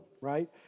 Right